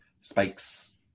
spikes